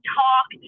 talk